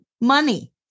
money